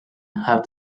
have